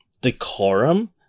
decorum